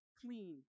clean